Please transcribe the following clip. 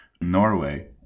Norway